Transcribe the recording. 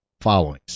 followings